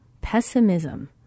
pessimism